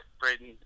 Braden